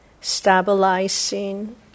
stabilizing